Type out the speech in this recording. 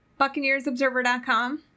BuccaneersObserver.com